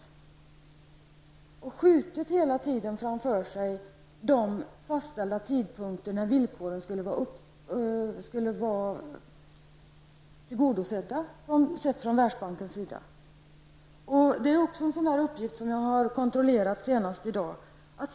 Man har sett från Världsbankens sida skjutit framför sig de fastställda tidpunkter då villkoren skulle vara tillgodosedda. Detta är också en uppgift som jag har kontrollerat senast i dag.